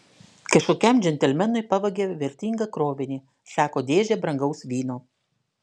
kažkokiam džentelmenui pavogė vertingą krovinį sako dėžę brangaus vyno